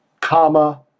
comma